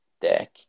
deck